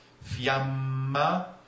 Fiamma